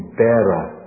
bearer